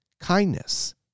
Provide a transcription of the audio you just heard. kindness